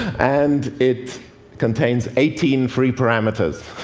and it contains eighteen free parameters,